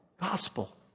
gospel